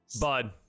bud